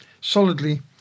solidly